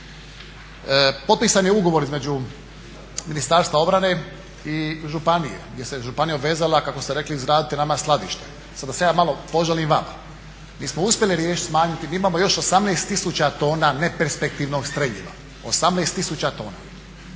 Potpisan je ugovor između Ministarstva obrane i županije gdje se županija obvezala kako ste rekli izgraditi nama skladište. Sada da se ja malo požalim vama. Mi smo uspjeli riješiti, smanjiti, mi imamo još 18 tisuća tona neperspektivnog streljiva, 18 tisuća tona.